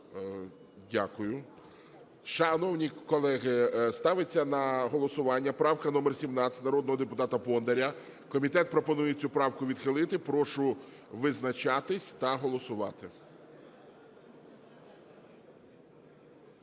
Шановні колеги, ставиться на голосування правка номер 17 народного депутата Бондаря. Комітет пропонує цю правку відхилити. Прошу визначатися та голосувати.